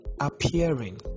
appearing